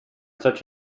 such